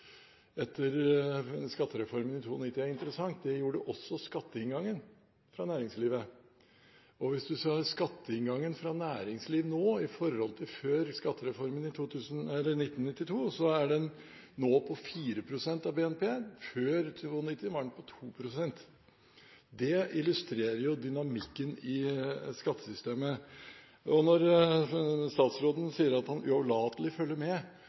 etter skattereformen i 1992, er interessant. Det gjorde også skatteinngangen fra næringslivet. Hvis man ser skatteinngangen fra næringslivet nå i forhold til før skattereformen i 1992, er den nå på 4 pst. av BNP, før 1992 var den på 2 pst. Det illustrerer dynamikken i skattesystemet. Når statsråden sier at han uavlatelig følger med,